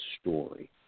story